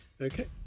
Okay